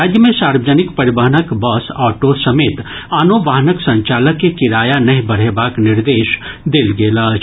राज्य मे सार्वजनिक परिवहनक बस ऑटो समेत आनो वाहनक संचालक के किराया नहि बढेबाक निर्देश देल गेल अछि